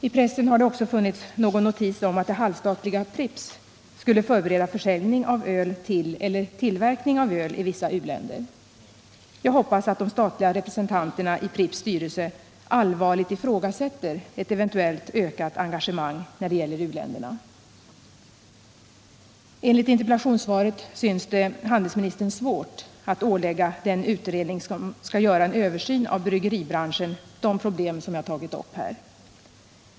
I pressen har det funnits en notis om att det halvstatliga Pripps skulle förbereda försäljning av öl till eller tillverkning av öl i vissa u-länder. Jag hoppas att de statliga representanterna i Pripps styrelse allvarligt ifrågasätter ett eventuellt ökat engagemang när det gäller u-länderna. Enligt interpellationssvaret synes det handelsministern svårt att ålägga den utredning som skall göra en översyn av bryggeribranschen att ta upp de problem som jag har berört.